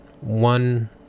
one